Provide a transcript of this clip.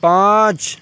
پانچ